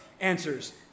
answers